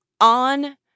on